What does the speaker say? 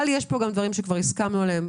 אבל יש פה גם דברים שכבר הסכמנו עליהם.